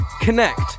connect